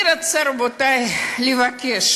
אני רוצה, רבותי, לבקש